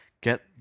Get